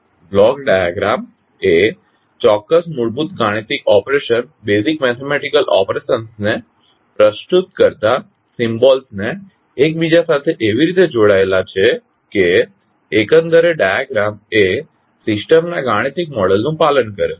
block diagram એ ચોક્ક્સ મૂળભૂત ગાણિતિક ઓપરેશન ને પ્રસ્તુત કરતા સિમ્બોલ્સ ને એકબીજા સાથે એવી રીતે જોડાયેલા છે કે એકંદરે ડાયાગ્રામ એ સિસ્ટમના ગાણિતિક મોડેલનું પાલન કરે છે